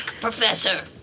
Professor